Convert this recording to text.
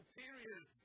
period